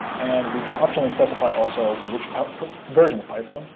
and we can optionally specify also which version of python.